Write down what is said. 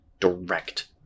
direct